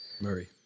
Murray